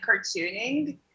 cartooning